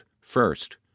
First